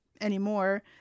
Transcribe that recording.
anymore